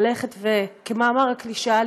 כמאמר הקלישאה,